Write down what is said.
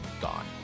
gone